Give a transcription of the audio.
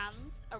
hands